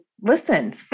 listen